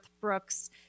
Brooks